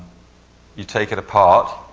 you take it apart,